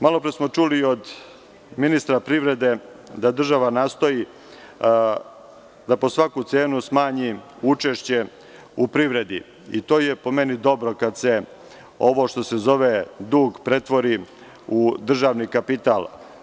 Malo pre smo čuli od ministra privrede da država nastoji da po svaku cenu smanji učešće u privredi i to je po meni dobro, kad se ovo što se zove dug pretvori u državni kapital.